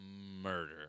murder